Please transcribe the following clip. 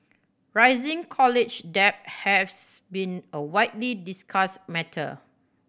rising college debt haves been a widely discussed matter